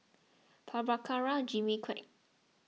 Prabhakara Jimmy Quek